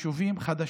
תיפול.